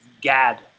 Gad